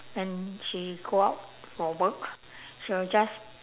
when she go out for work she will just